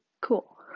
Cool